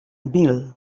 mil